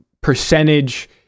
percentage